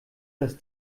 dass